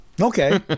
okay